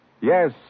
Yes